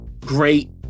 great